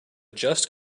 just